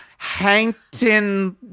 Hankton